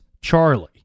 Charlie